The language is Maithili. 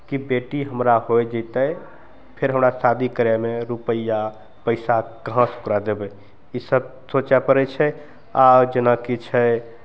कि बेटी हमरा होइ जेतय फेर हमरा शादी करयमे रुपैआ पैसा कहाँसँ ओकरा देबय ई सब सोचय पड़य छै आओर जेनाकि छै